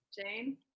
jane